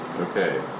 Okay